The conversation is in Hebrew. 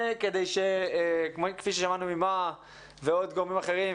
כדי שכפי ששמענו ממהא ועוד גורמים אחרים,